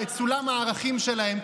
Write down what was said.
את סולם הערכים שלהם,